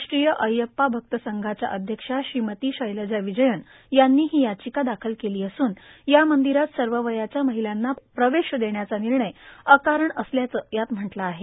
राष्ट्रीय अय्यप्पा अक्त संघाच्या अध्यक्षा श्रीमती शैलजा ांवजयन यांनी हो र्याचका दाखल केला असून या र्मादरात सव वयाच्या र्माहलांना प्रवेश देण्याचा ांनणय अकारण असल्याचं यात म्हटलं आहे